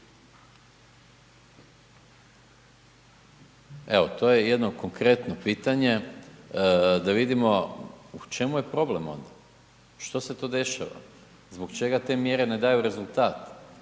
Evo to je jedno konkretno pitanje, da vidimo u čemu je problem onda, što se to dešava, zbog čega te mjere ne daju rezultat?